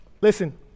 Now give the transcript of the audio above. listen